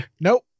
Nope